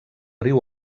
riu